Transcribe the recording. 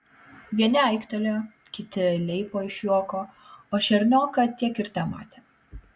vieni aiktelėjo kiti leipo iš juoko o šernioką tiek ir tematė